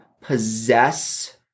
possess